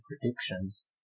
predictions